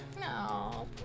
No